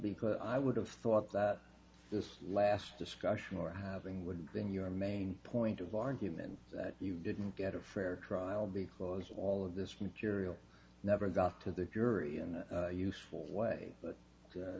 because i would have thought that this last discussion or having would be in your main point of argument that you didn't get a fair trial because all of this material never got to the jury and useful way